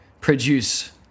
produce